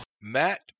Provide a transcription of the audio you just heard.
Matt